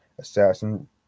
Assassin